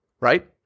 right